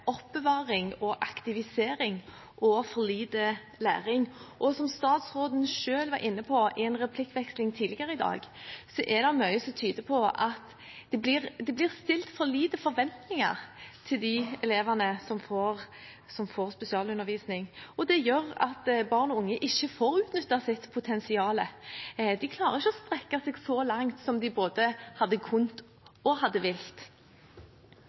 oppbevaring og aktivisering og for lite læring, og som statsråden selv var inne på i en replikkveksling tidligere i dag, er det mye som tyder på at det blir stilt for få forventninger til de elevene som får spesialundervisning. Det gjør at barn og unge ikke får utnyttet sitt potensial. De klarer ikke å strekke seg så langt som de hadde både kunnet og